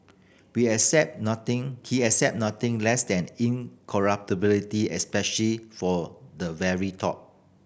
be accepted nothing he accepted nothing less than incorruptibility especially for the very top